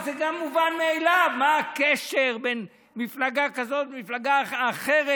וזה גם מובן מאליו: מה הקשר בין מפלגה כזאת ומפלגה אחרת,